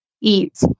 eat